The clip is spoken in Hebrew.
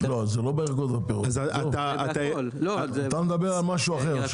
גבוהה --- אתה מדבר על משהו אחר.